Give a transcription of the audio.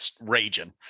raging